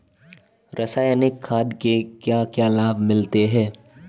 रसायनिक खाद के क्या क्या लाभ मिलते हैं?